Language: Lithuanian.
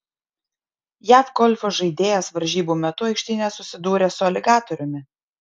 jav golfo žaidėjas varžybų metu aikštyne susidūrė su aligatoriumi